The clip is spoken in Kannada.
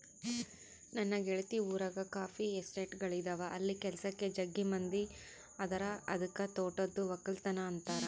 ನನ್ನ ಗೆಳತಿ ಊರಗ ಕಾಫಿ ಎಸ್ಟೇಟ್ಗಳಿದವ ಅಲ್ಲಿ ಕೆಲಸಕ್ಕ ಜಗ್ಗಿ ಮಂದಿ ಅದರ ಅದಕ್ಕ ತೋಟದ್ದು ವಕ್ಕಲತನ ಅಂತಾರ